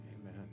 Amen